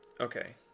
Okay